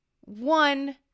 One